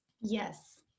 Yes